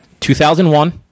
2001